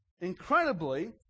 incredibly